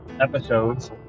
episodes